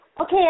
Okay